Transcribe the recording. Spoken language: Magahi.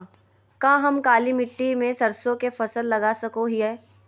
का हम काली मिट्टी में सरसों के फसल लगा सको हीयय?